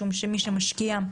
ואנחנו רוצים שתגיע השקעה